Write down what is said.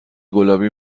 گلابی